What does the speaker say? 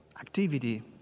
activity